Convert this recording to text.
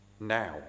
Now